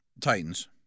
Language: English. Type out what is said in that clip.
Titans